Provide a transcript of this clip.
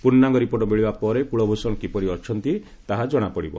ପୂର୍ଣ୍ଣାଙ୍ଗ ରିପୋର୍ଟ ମିଳିବା ପରେ କୁଳଭୂଷଣ କିପରି ଅଛନ୍ତି ତାହା ଜଣାପଡ଼ିବ